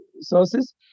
sources